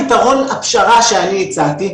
פתרון הפשרה שאני הצעתי,